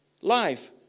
life